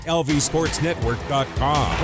lvsportsnetwork.com